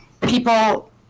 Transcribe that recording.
people